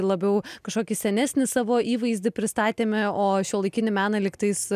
labiau kažkokį senesnį savo įvaizdį pristatėme o šiuolaikinį meną lygtais